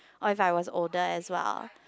orh if I was older as well